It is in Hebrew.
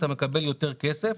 אתה מקבל יותר כסף,